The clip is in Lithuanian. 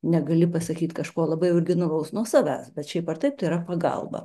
negali pasakyti kažko labai originalaus nuo savęs bet šiaip ar taip tai yra pagalba